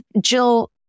Jill